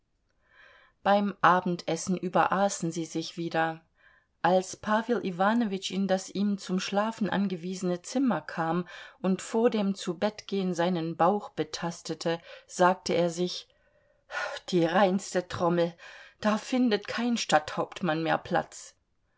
beim abendessen überaßen sie sich wieder als pawel iwanowitsch in das ihm zum schlafen angewiesene zimmer kam und vor dem zubettgehen seinen bauch betastete sagte er sich die reinste trommel da findet kein stadthauptmann mehr platz